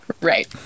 Right